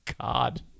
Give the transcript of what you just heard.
God